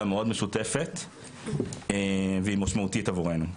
מאוד משותפת והיא משמעותית עבורנו.